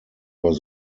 were